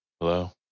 hello